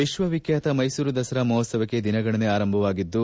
ವಿಶ್ವವಿಖ್ಯಾತ ಮೈಸೂರು ದಸರಾ ಮಹೋತ್ಲವಕ್ಕೆ ದಿನಗಣನೆ ಆರಂಭವಾಗಿದ್ದು